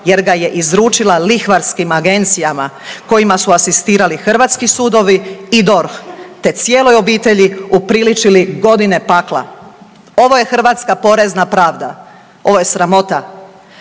jer ga je izručila lihvarskim agencijama kojima su asistirali hrvatski sudovi i DORH te cijeloj obitelji upriličili godine pakla. Ovo je hrvatska porezna pravda, ovo je sramota.